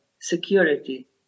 security